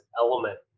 element